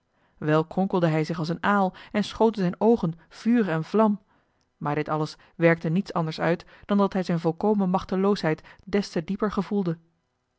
de ruijter zich als een aal en schoten zijn oogen vuur en vlam maar dit alles werkte niets anders uit dan dat hij zijn volkomen machteloosheid des te dieper gevoelde